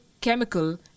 chemical